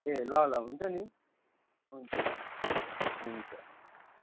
ए ल ल हुन्छ नि हुन्छ त हुन्छ